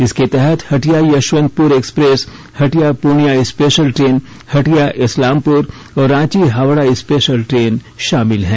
इसके तहत Hatia Yesvantpur express Hatia Purnia special train Hatia Islampur और रांची हावड़ा स्पेशल ट्रेन शामिल है